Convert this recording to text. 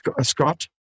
Scott